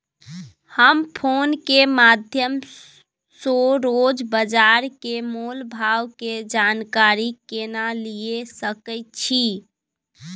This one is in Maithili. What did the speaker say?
हम फोन के माध्यम सो रोज बाजार के मोल भाव के जानकारी केना लिए सके छी?